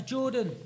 Jordan